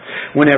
Whenever